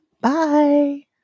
Bye